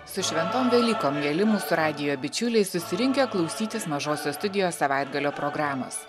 su šventom velykom mieli mūsų radijo bičiuliai susirinkę klausytis mažosios studijos savaitgalio programos